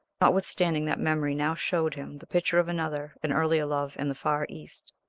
notwithstanding that memory now showed him the picture of another and earlier love in the far east.